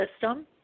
system